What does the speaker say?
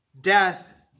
death